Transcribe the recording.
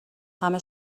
همه